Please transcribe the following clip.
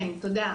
כן, תודה.